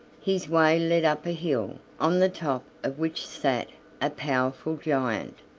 his way led up a hill, on the top of which sat a powerful giant,